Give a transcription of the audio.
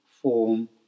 form